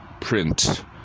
print